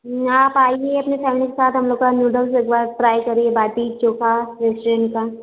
आप आइए अपने फैमिली के साथ हम लोगों का नूडल्स एक बार ट्राई करिए बाटी चोखा रेस्टोरेंट का